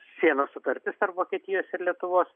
sienos sutartis tarp vokietijos ir lietuvos